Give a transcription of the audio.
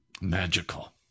magical